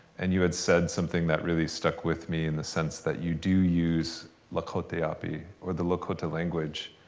and you had said something that really stuck with me in the sense that you do use lakhotiyapi, or the lakota language,